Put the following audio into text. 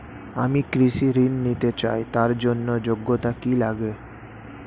আমি কৃষি ঋণ নিতে চাই তার জন্য যোগ্যতা কি লাগে?